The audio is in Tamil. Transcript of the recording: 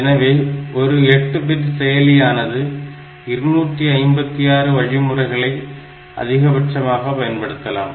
எனவே ஒரு 8 பிட்டு செயலியானது 256 வழிமுறைகளை அதிகபட்சமாக பயன்படுத்தலாம்